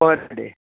per day